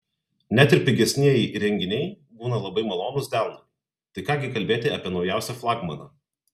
net ir pigesnieji įrenginiai būna labai malonūs delnui tai ką gi kalbėti apie naujausią flagmaną